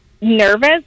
nervous